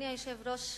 אדוני היושב-ראש,